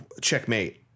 checkmate